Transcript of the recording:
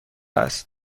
است